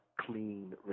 clean